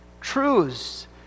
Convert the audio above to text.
truths